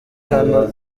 hano